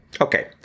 Okay